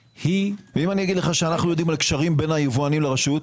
ואם אגיד לך שאנחנו יודעים על קשרים בין היבואנים לרשות?